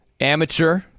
amateur